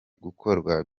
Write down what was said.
gukorwa